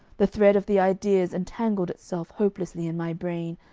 the thread of the ideas entangled itself hopelessly in my brain,